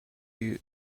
you